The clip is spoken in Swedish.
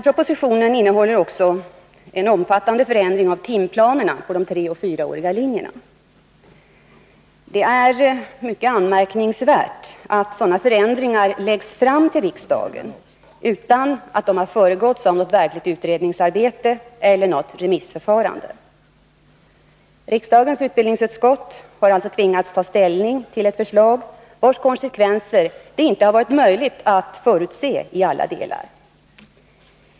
Propositionen innebär också en omfattande förändring av timplanerna för de 3 och 4-åriga linjerna. Det är mycket anmärkningsvärt att sådana förändringar läggs fram för riksdagen utan att de föregåtts av något verkligt utredningsarbete eller något remissförfarande. Riksdagens utbildningsutskott har alltså tvingats ta ställning till ett förslag, vars konsekvenser det inte har varit möjligt att förutse i alla delar.